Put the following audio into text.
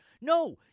No